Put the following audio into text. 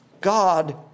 God